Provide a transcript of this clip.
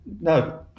no